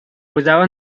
posava